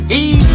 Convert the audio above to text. easy